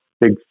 big